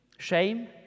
Shame